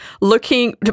looking